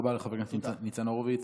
תודה רבה לחבר הכנסת ניצן הורוביץ.